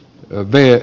robert